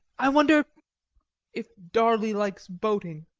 i wonder if darley likes boating.